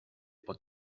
pot